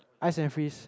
ice and freeze